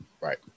Right